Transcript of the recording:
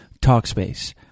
Talkspace